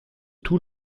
tout